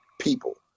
people